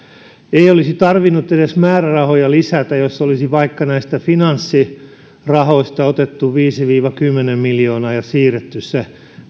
ei olisi tarvinnut edes määrärahoja lisätä jos olisi vaikka finanssirahoista otettu viisi viiva kymmenen miljoonaa ja siirretty se